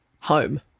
Home